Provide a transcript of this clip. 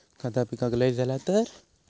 खता पिकाक लय झाला तर?